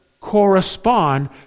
correspond